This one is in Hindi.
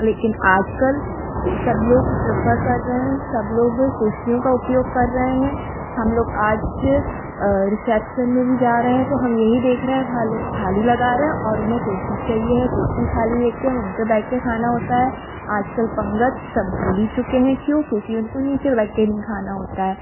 लेकिन आज कल सब लोग प्रेफर कर रहे हैं सब लोग कुर्सियों का उपयोग कर रहे हें हम लोग आज रिसेप्सन में भी जा रहे हें तो हम यही देख रहे हैं वहाँ लोग थाली लगा रहे हैं और उन्हें कुर्सी चाहिए है कुर्सी ख़ाली देखते हैं उन पर बैठ के खाना होता है आज कल पंगत सब भूल ही चुके हैं क्यों क्योंकि उनको नीचे बैठ के नहीं खाना होता है